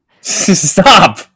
Stop